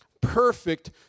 perfect